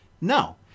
No